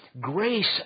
grace